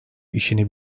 işini